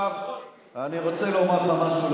אני רוצה לומר לך משהו,